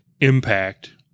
impact